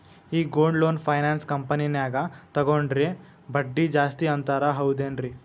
ಈ gold loan finance ಕಂಪನ್ಯಾಗ ತಗೊಂಡ್ರೆ ಬಡ್ಡಿ ಜಾಸ್ತಿ ಅಂತಾರ ಹೌದೇನ್ರಿ?